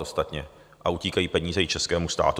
Ostatně tak utíkají peníze i českému státu.